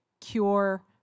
cure